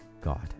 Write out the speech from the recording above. God